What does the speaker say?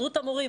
הסתדרות המורים,